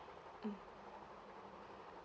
mm